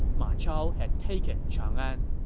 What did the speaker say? ma chao had taken chang'an